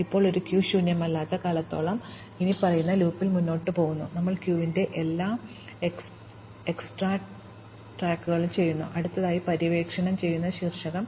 ഇപ്പോൾ ഒരു ക്യൂ ശൂന്യമല്ലാത്ത കാലത്തോളം ഞങ്ങൾ ഇനിപ്പറയുന്ന ലൂപ്പിൽ മുന്നോട്ട് പോകുന്നു ഞങ്ങൾ ക്യൂവിന്റെ തല എക്സ്ട്രാക്റ്റുചെയ്യുന്നു അടുത്തതായി പര്യവേക്ഷണം ചെയ്യുന്ന ശീർഷകം